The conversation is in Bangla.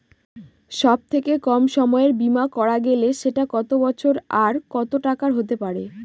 সব থেকে কম সময়ের বীমা করা গেলে সেটা কত বছর আর কত টাকার হতে পারে?